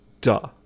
duh